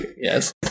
yes